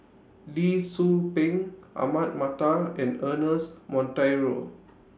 Lee Tzu Pheng Ahmad Mattar and Ernest Monteiro